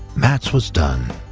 mats was done,